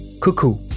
cuckoo